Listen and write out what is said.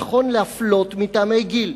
נכון להפלות מטעמי גיל.